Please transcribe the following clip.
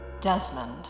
Desmond